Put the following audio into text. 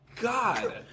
God